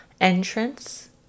entrance